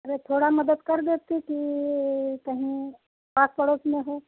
अरे थोड़ा मदद कर देती कि कहीं आस पड़ोस में हो